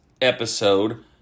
episode